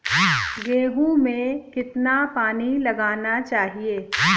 गेहूँ में कितना पानी लगाना चाहिए?